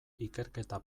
ikerketa